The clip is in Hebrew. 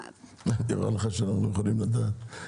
נראה לך שאנחנו יכולים לדעת?